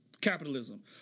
capitalism